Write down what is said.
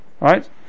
Right